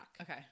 Okay